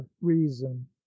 reason